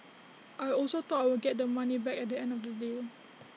I also thought I would get the money back at the end of the day